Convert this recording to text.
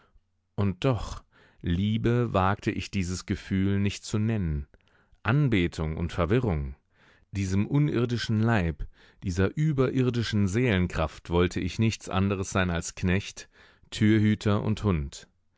und doch liebe wagte ich dieses gefühl nicht zu nennen anbetung und verwirrung diesen unirdischen leib dieser überirdischen seelenkraft wollte ich nichts anderes sein als knecht türhüter und hund